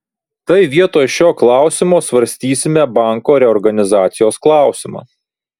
tai vietoj šio klausimo svarstysime banko reorganizacijos klausimą